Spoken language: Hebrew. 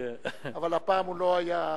אבל הפעם הוא לא היה,